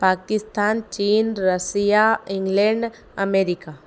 Pakistan China Russia England America